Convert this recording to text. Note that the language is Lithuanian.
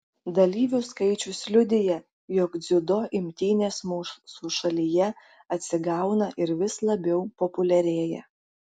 dalyvių skaičius liudija jog dziudo imtynės mūsų šalyje atsigauna ir vis labiau populiarėja